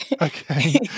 Okay